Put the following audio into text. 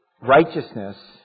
righteousness